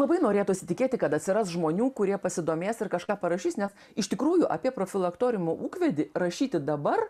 labai norėtųsi tikėti kad atsiras žmonių kurie pasidomės ir kažką parašys nes iš tikrųjų apie profilaktoriumo ūkvedį rašyti dabar